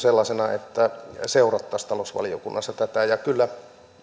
sellaisena että tätä seurattaisiin talousvaliokunnassa kyllä